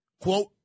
Quote